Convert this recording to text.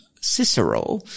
Cicero